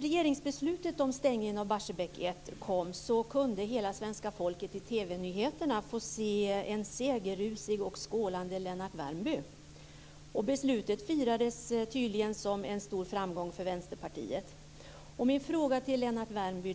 regeringsbeslutet om stängningen av Barsebäck 1 kom kunde hela svenska folket i TV-nyheterna få se en segerrusig och skålande Lennart Värmby. Beslutet firades tydligen som en stor framgång för Vänsterpartiet. Jag har en fråga till Lennart Värmby.